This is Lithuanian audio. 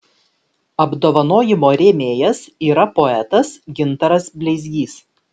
apdovanojimo rėmėjas yra poetas gintaras bleizgys